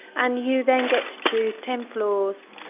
and you then get to choose ten floors,